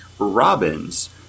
Robins